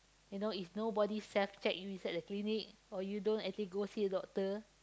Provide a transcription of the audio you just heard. you know if nobody self-check you inside the clinic or you don't actually go see the doctor